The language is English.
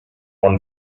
one